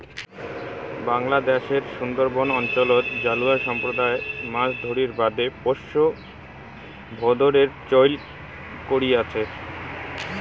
বাংলাদ্যাশের সুন্দরবন অঞ্চলত জালুয়া সম্প্রদায় মাছ ধরির বাদে পোষা ভোঁদরের চৈল করি আচে